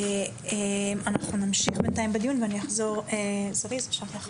אנחנו נמשיך בדיון ואני אחזור בזריזות.